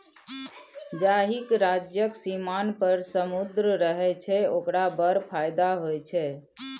जाहिक राज्यक सीमान पर समुद्र रहय छै ओकरा बड़ फायदा होए छै